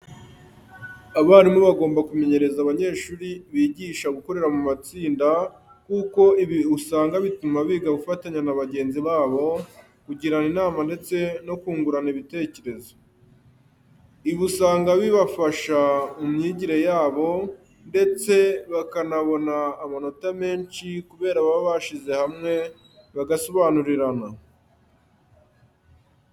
Abarimu bagomba kumenyereza abanyeshuri bigisha gukorera mu matsinda kuko ibi usanga bituma biga gufatanya na bagenzi babo, kugirana inama ndetse no kungurana ibitekerezo. Ibi usanga bibafasha mu myigire yabo ndetse bakanabona amanota menshi kubera baba bashyize hamwe bagasobanurirana.